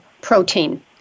protein